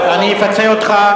אני אפצה אותך.